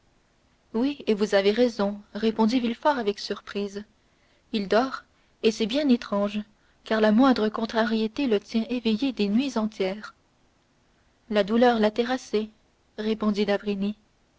oui et vous avez raison répondit villefort avec surprise il dort et c'est bien étrange car la moindre contrariété le tient éveillé des nuits entières la douleur l'a terrassé répliqua